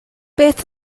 beth